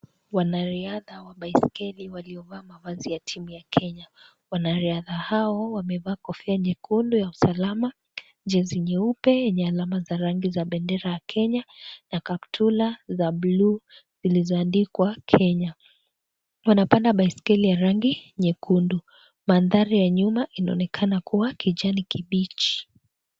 Wanariadha wa baiskeli waliovaa mavazi ya timu ya Kenya. Wanariadha hao wamevaa kofia nyekundu ya usalama, jezi nyeupe yenye alama za rangi za bendera ya Kenya na kaptula za bluu zilizoandikwa "Kenya". Wanapanda baiskeli ya rangi nyekundu. Maandhari ya nyuma inaonekana kuwa kijani kibichi.